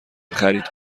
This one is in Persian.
خرید